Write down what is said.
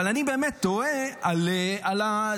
אבל אני באמת תוהה על הצביעות,